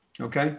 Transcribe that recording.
Okay